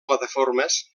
plataformes